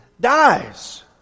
dies